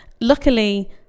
luckily